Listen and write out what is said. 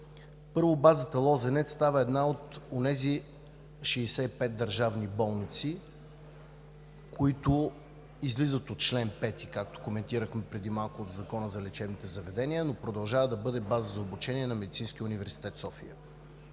Първо, базата „Лозенец“ става една от онези 65 държавни болници, които излизат от чл. 5, както коментирахме преди малко в Закона за лечебните заведения, но продължава да бъде база за обучение на Медицинския университет в София.